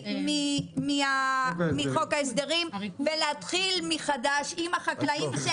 מחוק ההסדרים ולהתחיל מחדש עם החקלאים,